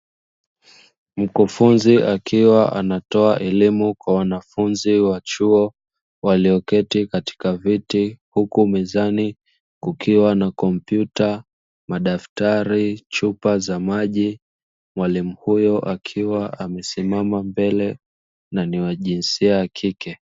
Mkufunzi akiwa anatoa elimu kwa wanafunzi wa chuo walioketi katika viti, huku mezani kukiwa na kompyuta, madaftari, chupa za maji, mwalimu huyo akiwa amesimama mbele na ni wa jinsia ya kike.